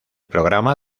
programa